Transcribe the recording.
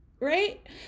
Right